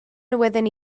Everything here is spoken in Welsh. newyddion